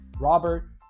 Robert